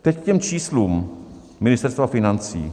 Teď k těm číslům Ministerstva financí.